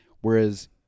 Whereas